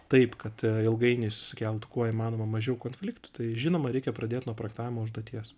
taip kad ilgainiui jisai sukeltų kuo įmanoma mažiau konfliktų tai žinoma reikia pradėt nuo projektavimo užduoties